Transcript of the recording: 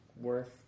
worth